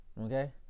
Okay